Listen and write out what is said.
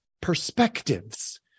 perspectives